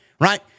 right